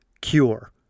cure